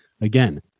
Again